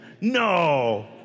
No